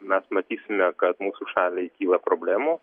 mes matysime kad mūsų šaliai kyla problemų